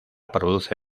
produce